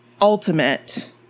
ultimate